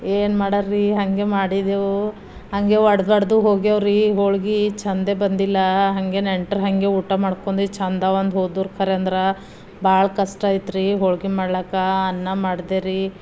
ಏನು ಮಾಡಾರ್ ರೀ ಹಾಗೆ ಮಾಡಿದೆವು ಹಾಗೆ ಒಡ್ದು ಒಡ್ದು ಹೋಗ್ಯಾವ್ರೀ ಹೋಳಿಗೆ ಚೆಂದೇ ಬಂದಿಲ್ಲ ಹಾಗೆ ನೆಂಟ್ರು ಹಾಗೆ ಊಟ ಮಾಡ್ಕೊಂಡು ಚೆಂದವ ಅಂದು ಹೋದರು ಖರೆ ಅಂದ್ರೆ ಭಾಳ ಕಷ್ಟ ಆಯ್ತ್ರೀ ಹೋಳ್ಗೆ ಮಾಡ್ಲಕ ಅನ್ನ ಮಾಡ್ದೆ ರೀ